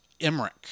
Emmerich